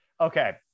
Okay